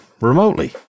remotely